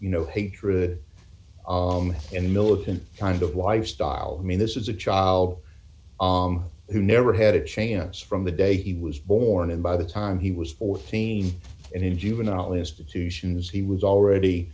you know hatred and militant kind of wife style i mean this is a child who never had it changes from the day he was born and by the time he was fourteen and in juvenile institutions he was already